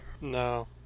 No